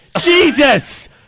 Jesus